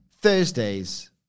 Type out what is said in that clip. Thursdays